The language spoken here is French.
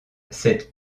cette